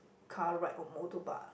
car ride or motor bike